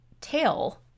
tail